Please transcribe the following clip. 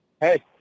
Hey